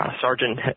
Sergeant